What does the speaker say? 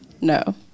No